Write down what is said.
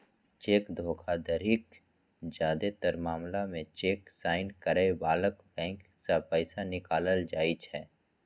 cheque धोखाधड़ीक जादेतर मामला मे चेक साइन करै बलाक बैंक सं पैसा निकालल जाइ छै